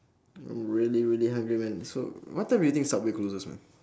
I'm really really man so what time do you think subway closes man